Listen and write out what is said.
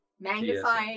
Magnified